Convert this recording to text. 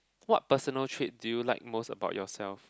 what personal trait so you like most about yourself